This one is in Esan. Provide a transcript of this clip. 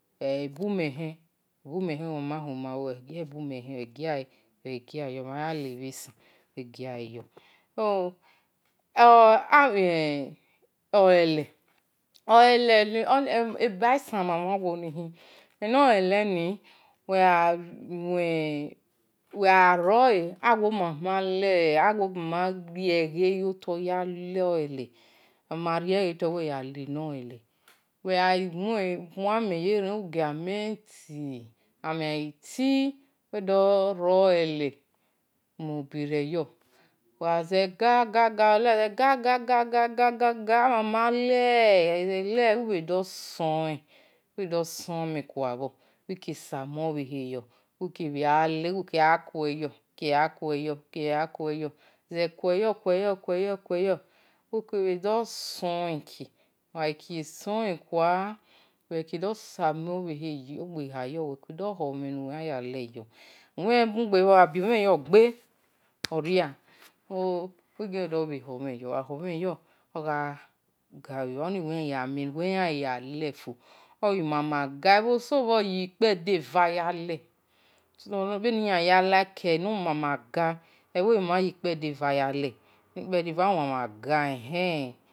Ebume-khen omama huma bho uwe agi abume khen yo so emhen oleze-olele eba esa womama mi khian, eno-leleni uwe-gha rore uwe gharie ghe yo tor, uwi-yan lo-le-le uwe-gha muameye ren uwi-gio tu ogha tiii uwi dorolele mube-reyo ogha ze ga, ga, ga, ga, amama le uwe-gha lele uwi samon bhe he yo uwi-kia akue yo uwe gha ze kue yo kueyo uwi dosohe, uwe gha sun he uwe kue do samen ogieha yo uwi kue dosunemhen yo gbe oria oni uwi yan ghi ya lefo omama gha obho-eso bho yi-ukpe-va ya he bhe niyan ya like ehe elukpedeva omama gha ehen.